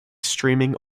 streaming